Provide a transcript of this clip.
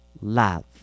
love